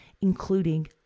including